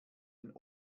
den